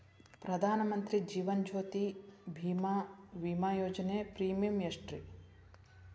ಪ್ರಧಾನ ಮಂತ್ರಿ ಜೇವನ ಜ್ಯೋತಿ ಭೇಮಾ, ವಿಮಾ ಯೋಜನೆ ಪ್ರೇಮಿಯಂ ಎಷ್ಟ್ರಿ?